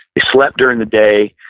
they slept during the day.